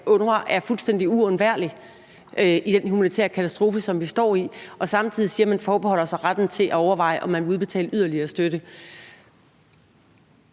er fuldstændig uundværlig i den humanitære katastrofe, som vi står i, men samtidig siger man, at man forbeholder sig retten til at overveje, om man vil udbetale yderligere støtte.